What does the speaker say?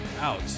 out